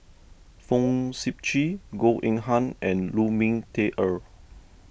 Fong Sip Chee Goh Eng Han and Lu Ming Teh Earl